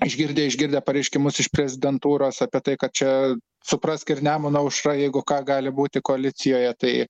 išgirdę išgirdę pareiškimus iš prezidentūros apie tai kad čia suprask ir nemuno aušra jeigu ką gali būti koalicijoje tai